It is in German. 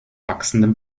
wachsenden